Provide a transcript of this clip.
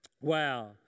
Wow